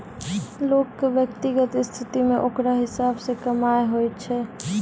लोग के व्यक्तिगत स्थिति मे ओकरा हिसाब से कमाय हुवै छै